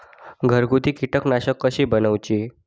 घरगुती कीटकनाशका कशी बनवूची?